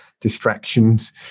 distractions